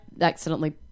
accidentally